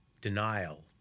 denial